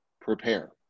prepare